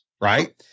right